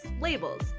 labels